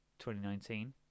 2019